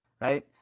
right